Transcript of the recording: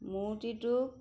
মূৰ্তিটোক